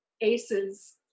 ACEs